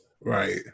right